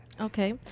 Okay